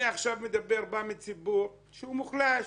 אני בא מציבור שהוא מוחלש,